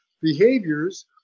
behaviors